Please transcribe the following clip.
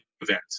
event